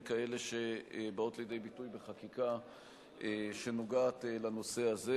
כאלה שבאות לידי ביטוי בחקיקה שנוגעת לנושא הזה,